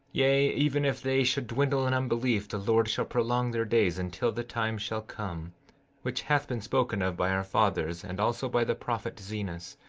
yea, even if they should dwindle in unbelief the lord shall prolong their days, until the time shall come which hath been spoken of by our fathers, and also by the prophet zenos,